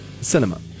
cinema